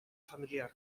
familiar